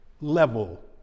level